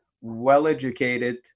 well-educated